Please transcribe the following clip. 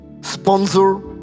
sponsor